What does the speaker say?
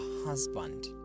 husband